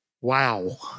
Wow